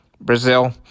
Brazil